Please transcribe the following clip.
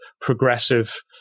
progressive